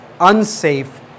unsafe